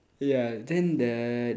ya then the